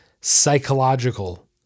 psychological